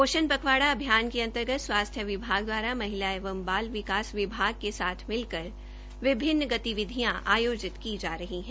पोषण पखवाड़ा अभियान के अंतर्गत स्वास्थ्य विभाग द्वारा महिला एवं बाल विकास विभाग के साथ मिलकर विभिन्न गतिविधियां आयोजित की जा रही है